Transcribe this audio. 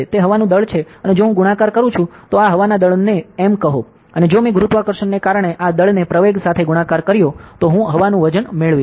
તે હવાનું દળ છે અને જો હું ગુણાકાર કરું છું તો આ હવાના દળને m કહો અને જો મેં ગુરુત્વાકર્ષણને કારણે આ દળને પ્રવેગ સાથે ગુણાકાર કર્યો તો હું હવાનું વજન મેળવીશ